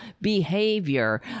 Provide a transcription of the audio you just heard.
behavior